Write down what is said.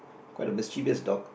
quite a mischievous dog